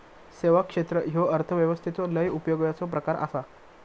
सेवा क्षेत्र ह्यो अर्थव्यवस्थेचो लय उपयोगाचो प्रकार आसा